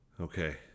Okay